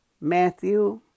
Matthew